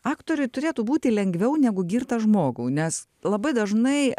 aktoriui turėtų būti lengviau negu girtą žmogų nes labai dažnai